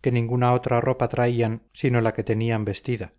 que ninguna otra ropa traían sino la que tenían vestida